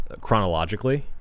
chronologically